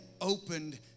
opened